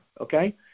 Okay